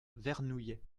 vernouillet